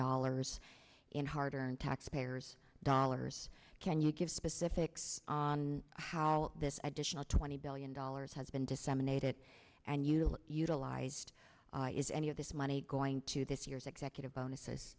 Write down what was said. dollars in hard earned taxpayers dollars can you give specifics on how this additional twenty billion dollars has been disseminated and you utilized is any of this money going to this year's executive